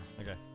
Okay